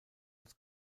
als